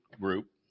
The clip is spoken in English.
group